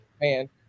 man